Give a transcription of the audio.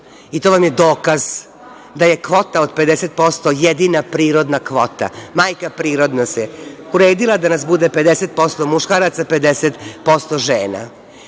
I to vam je dokaz da je kvota od 50% jedina prirodna kvota. Majka priroda nas je uredila da nas bude 50% muškaraca a 50% žena. Ali,